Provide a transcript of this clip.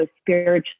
spiritually